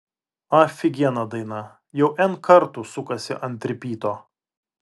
afigiena daina jau n kartų sukasi ant ripyto